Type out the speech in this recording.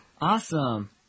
Awesome